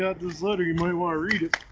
got this letter, you might want to read it.